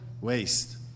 waste